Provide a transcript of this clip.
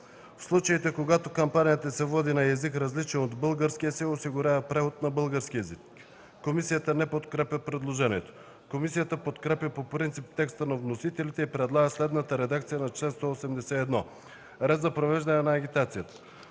„В случаите, когато кампанията се води на език, различен от българския, се осигурява превод на български език.“ Комисията не подкрепя предложението. Комисията подкрепя по принцип текста на вносителите и предлага следната редакция на чл. 181: „Ред за провеждане на агитацията